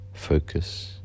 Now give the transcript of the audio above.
Focus